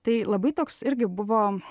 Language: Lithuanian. tai labai toks irgi buvo